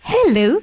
Hello